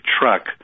truck